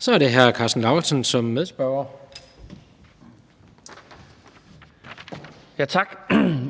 Kl. 17:10 Karsten Lauritzen (V): Tak.